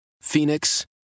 Phoenix